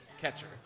catcher